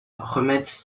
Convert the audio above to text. remettre